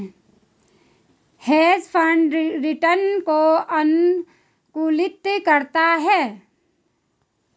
hedge fund return को अनुकूलित करता है